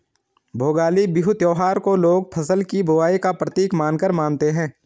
भोगाली बिहू त्योहार को लोग फ़सल की बुबाई का प्रतीक मानकर मानते हैं